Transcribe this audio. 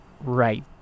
right